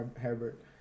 Herbert